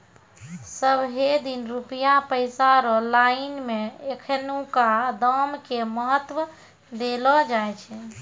सबहे दिन रुपया पैसा रो लाइन मे एखनुका दाम के महत्व देलो जाय छै